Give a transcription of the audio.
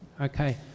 okay